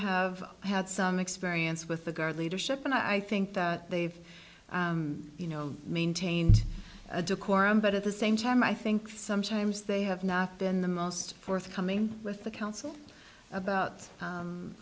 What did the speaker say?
have had some experience with the guard leadership and i think that they've you know maintained a decorum but at the same time i think sometimes they have not been the most forthcoming with the counsel about